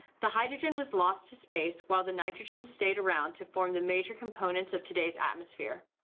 the hydrogen was lost to space while the nitrogen stayed around to form the major component of today's atmosphere.